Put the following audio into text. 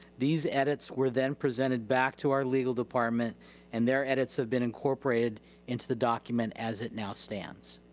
these edits were then presented back to our legal department and their edits have been incorporated into the document as it now stands.